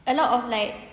a lot of like